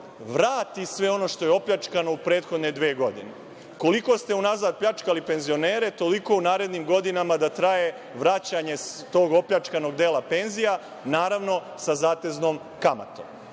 vrati sve ono što je opljačkano u prethodne dve godine. Koliko ste unazad pljačkali penzionere, toliko u narednim godinama da traje vraćanje tog opljačkanog dela penzija naravno sa zateznom kamatom. Dakle,